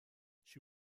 she